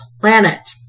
planet